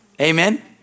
Amen